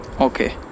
Okay